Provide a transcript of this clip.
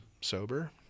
sober